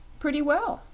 pretty well,